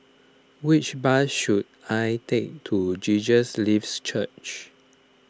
which bus should I take to Jesus Lives Church